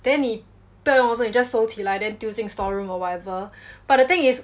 then 不要用的时候 you just so 丢进 storeroom or whatever but the thing is